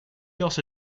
also